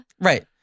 right